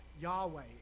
Yahweh